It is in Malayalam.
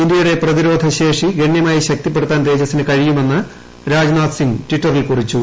ഇന്ത്യയുടെ പ്രതിരോധ ശേഷി ഗണ്യമായി ശക്തിപ്പെടുത്താൻ തേജസ്സിനു കഴിയുമെന്ന് രാജ്നാഥ് സിംഗ് ടിറ്ററിൽ കുറിച്ചു